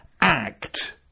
act